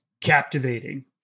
captivating